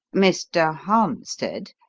mr. harmstead!